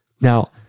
now